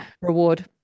reward